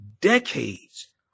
decades